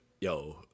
Yo